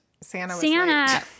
Santa